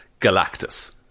Galactus